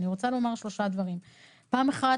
אני רוצה לומר שלושה דברים: דבר אחד,